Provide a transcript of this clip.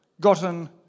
gotten